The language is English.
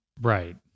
Right